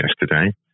yesterday